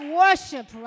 worship